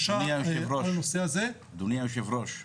אדוני היושב-ראש,